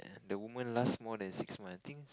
the woman last more than six month think